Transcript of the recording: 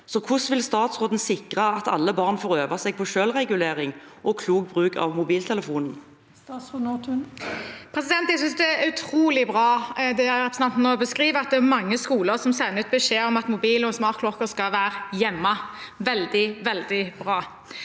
Hvordan vil statsråden sikre at alle barn får øve seg på selvregulering og klok bruk av mobiltelefon? Statsråd Kari Nessa Nordtun Jeg synes det er utrolig bra, det representanten nå beskriver, at det er mange skoler som sender ut beskjed om at mobiler og smartklokker skal være hjemme – veldig, veldig bra.